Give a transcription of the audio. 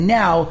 now